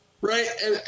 Right